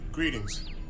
Greetings